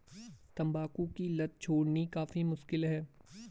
तंबाकू की लत छोड़नी काफी मुश्किल है